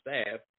staff